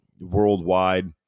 worldwide